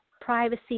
privacy